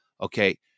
okay